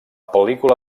pel·lícula